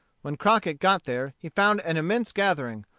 when crockett got there he found an immense gathering,